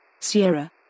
Sierra